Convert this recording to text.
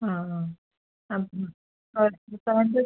ആ ആ ആ അത് കിട്ടാണ്ട്